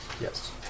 Yes